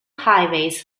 highways